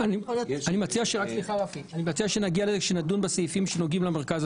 אני מציע שנדון בסעיף עת